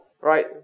right